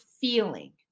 feeling